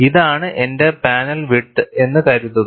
ഇതാണ് എന്റെ panel width എന്ന് കരുതുക